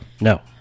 No